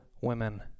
women